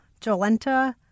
Jolenta